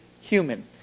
human